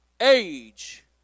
age